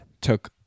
took